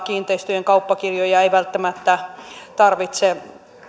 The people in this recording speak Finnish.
kiinteistöjen kauppakirjoja ei välttämättä tarvitse